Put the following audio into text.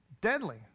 Deadly